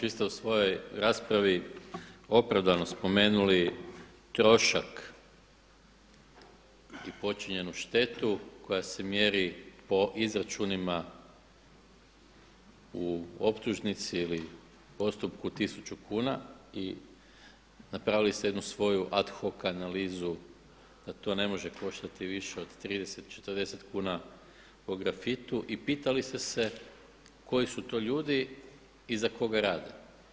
Vi ste u svojoj raspravi opravdano spomenuli trošak i počinjenu štetu koja se mjeri po izračunima u optužnici ili postupku 1.000 kuna i napravili ste jednu svoju ad hoc analizu da to ne može koštati više od 30, 40 kuna po grafitu, i pitali ste se koji su to ljudi i za koga rade.